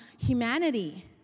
humanity